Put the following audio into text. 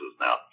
now